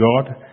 God